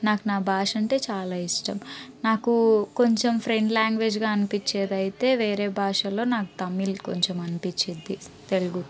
నాకు నా భాషంటే చాలా ఇష్టం నాకు కొంచెం ఫ్రెండ్ లాంగ్వేజ్గా అనిపిచ్చేదయితే వేరే భాషలో నాకు తమిళ్ కొంచం అనిపిచ్చింది తెలుగుతో